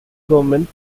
government